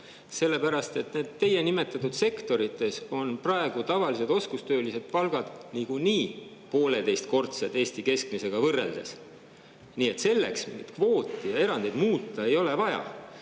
sellepärast et neis teie nimetatud sektorites on praegu tavalistel oskustöölistel palgad niikuinii pooleteistkordsed Eesti keskmisega võrreldes. Nii et selleks kvooti ja erandeid muuta ei ole vaja.